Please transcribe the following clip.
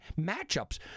matchups